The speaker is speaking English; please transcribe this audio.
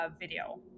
video